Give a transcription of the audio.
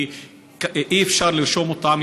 כי אי-אפשר לרשום אותם,